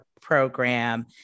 program